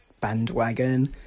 bandwagon